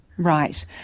Right